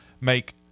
make